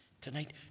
tonight